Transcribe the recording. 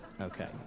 Okay